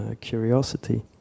curiosity